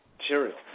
material